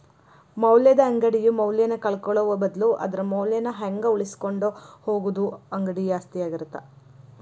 ಮೌಲ್ಯದ ಅಂಗಡಿಯು ಮೌಲ್ಯನ ಕಳ್ಕೊಳ್ಳೋ ಬದ್ಲು ಅದರ ಮೌಲ್ಯನ ಹಂಗ ಉಳಿಸಿಕೊಂಡ ಹೋಗುದ ಅಂಗಡಿ ಆಸ್ತಿ ಆಗಿರತ್ತ